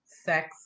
sex